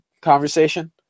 conversation